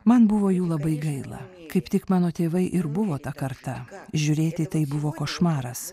man buvo jų labai gaila kaip tik mano tėvai ir buvo ta karta žiūrėti į tai buvo košmaras